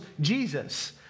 Jesus